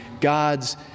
God's